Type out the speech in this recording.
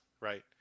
right